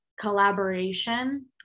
collaboration